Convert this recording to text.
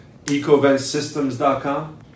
EcoventSystems.com